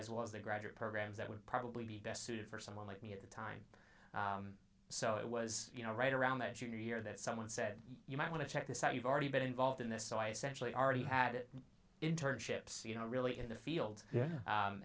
as well as the graduate programs that would probably be best suited for someone like me at the time so it was you know right around the junior year that someone said you might want to check this out you've already been involved in this so i essentially already had it internships you know really in the field